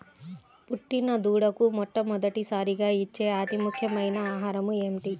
పుట్టిన దూడకు మొట్టమొదటిసారిగా ఇచ్చే అతి ముఖ్యమైన ఆహారము ఏంటి?